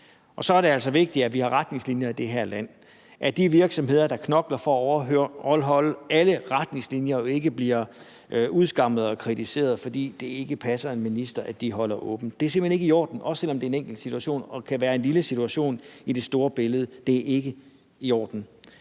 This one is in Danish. frem. Det er altså vigtigt, at vi har retningslinjer i det her land, altså at de virksomheder, der knokler for at overholde alle retningslinjer, ikke bliver udskammet og kritiseret, fordi det ikke passer en minister, at de holder åbent. Det er simpelt hen ikke i orden, også selv om det er en enkelt situation og kan være en lille situation i det store billede – det er ikke i orden.